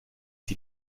die